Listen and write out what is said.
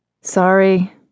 Sorry